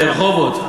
ברחובות,